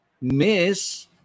Miss